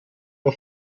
der